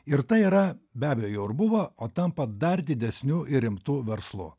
ir tai yra be abejo ir buvo o tampa dar didesniu ir rimtu verslu